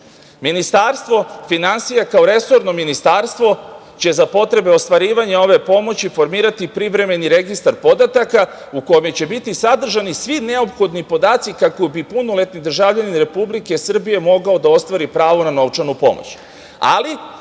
pomoć. Ministarstvo finansija, kao resorno ministarstvo će za potrebe ostvarivanja ove pomoći formirati privremeni registar podataka u kome će biti sadržani svi neophodni podaci kako bi punoletni državljanin Republike Srbije mogao da ostvari pravo na novčanu pomoć.